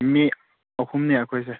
ꯃꯤ ꯑꯍꯨꯝꯅꯦ ꯑꯩꯈꯣꯏꯁꯦ